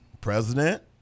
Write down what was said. President